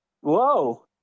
Whoa